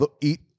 Eat